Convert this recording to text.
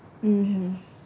mmhmm